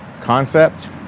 concept